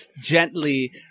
gently